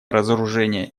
разоружение